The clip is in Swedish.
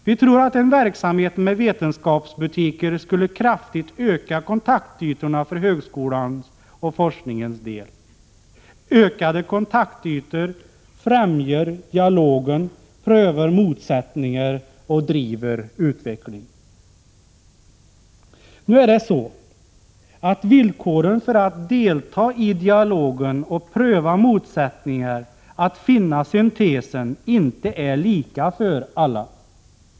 Vi tror att en verksamhet med vetenskapsbutiker skulle kraftigt öka kontaktytorna för högskolans och forskningens del. Ökade kontaktytor främjar dialogen, prövar motsättningar och driver på utvecklingen. Nu är det så att villkoren för att delta i dialogen och pröva motsättningar, att finna syntesen, inte är lika för alla.